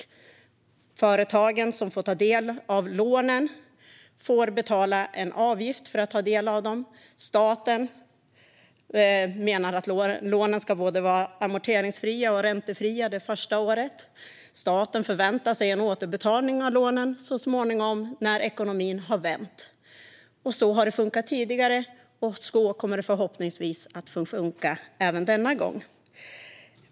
De företag som får ta del av lånen får betala en avgift för detta. Staten menar att lånen ska vara både amorterings och räntefria det första året och förväntar sig så småningom en återbetalning av lånen när ekonomin har vänt. Så har det funkat tidigare, och så kommer det förhoppningsvis att funka även denna gång.